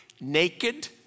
Naked